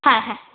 হ্যাঁ হ্যাঁ